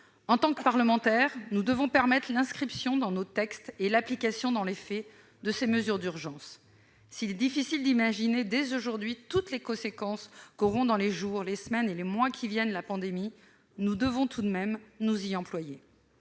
En tant que parlementaires, nous devons permettre l'inscription dans notre législation et l'application dans les faits de ces mesures d'urgence. S'il est difficile d'imaginer dès aujourd'hui toutes les conséquences qu'aura la pandémie dans les jours, les semaines, et les mois qui viennent, nous devons tout de même nous y employer.